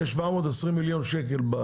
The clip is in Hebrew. יש 720 שקל בתקציב,